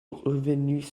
revenus